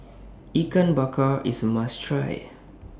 Ikan Bakar IS must Try